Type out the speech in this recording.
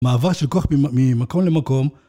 מעבר של כוח ממקום למקום.